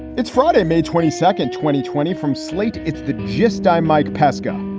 it's friday, may twenty second, twenty twenty from slate. it's the gist. i'm mike pesca.